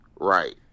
Right